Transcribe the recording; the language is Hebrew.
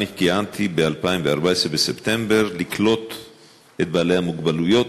קיימתי בספטמבר 2014 לקלוט את בעלי המוגבלויות.